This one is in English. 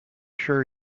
sure